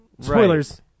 Spoilers